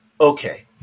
Okay